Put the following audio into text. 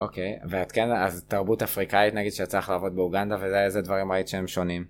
אוקיי, ואת כן, אז תרבות אפריקאית נגיד, שיצא לך לעבוד באוגנדה וזה איזה דברים ראית שהם שונים?